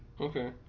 Okay